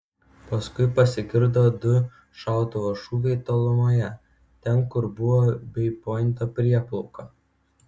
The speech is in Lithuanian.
paskui pasigirdo du šautuvo šūviai tolumoje ten kur buvo bei pointo prieplauka